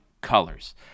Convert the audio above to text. colors